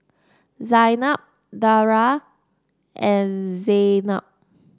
Zaynab Dara and Zaynab